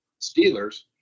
Steelers